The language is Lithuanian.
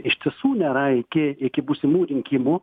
iš tiesų nėra iki iki būsimų rinkimų